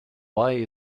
why